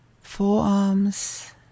forearms